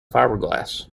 fiberglass